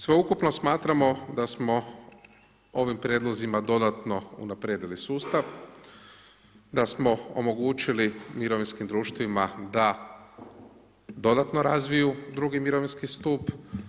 Sveukupno smatramo da smo ovim prijedlozima dodatno unaprijedili sustav, da smo omogućili mirovinskim društvima da dodatno razviju drugi mirovinski stup.